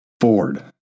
Ford